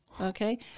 okay